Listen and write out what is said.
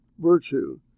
virtue